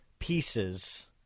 pieces